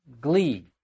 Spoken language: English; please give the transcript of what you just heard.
glee